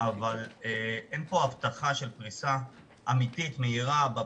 בזק היא החברה היחידה שנושאת היום בעול